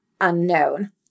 unknown